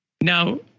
now